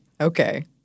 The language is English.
Okay